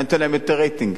היה נותן להם יותר רייטינג.